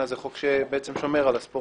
שלום